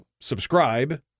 subscribe